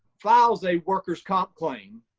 files a worker's comp claim,